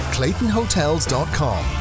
ClaytonHotels.com